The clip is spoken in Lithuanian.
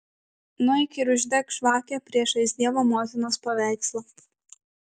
nueik ir uždek žvakę priešais dievo motinos paveikslą